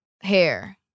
hair